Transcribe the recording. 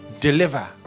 Deliver